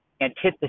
antithesis